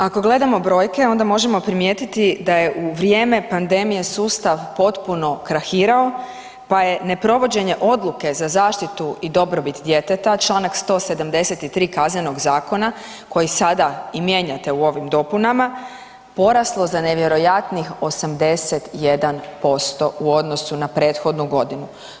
Ako gledamo brojke, onda možemo primijetiti da je u vrijeme pandemije sustav potpuno krahirao pa je neprovođenje odluke za zaštitu i dobrobit djeteta, čl. 173 Kaznenog zakona, koji sada i mijenjate u ovim dopunama, poraslo za nevjerojatnih 81% u odnosu na prethodnu godinu.